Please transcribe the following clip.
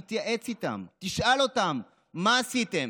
תתייעץ איתם, תשאל אותם: מה עשיתם?